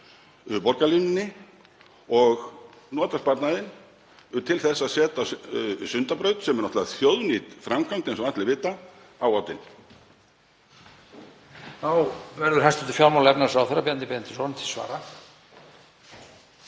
borgarlínunni og nota sparnaðinn til að setja Sundabraut, sem er náttúrlega þjóðnýt framkvæmd eins og allir vita, á oddinn.